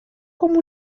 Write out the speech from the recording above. como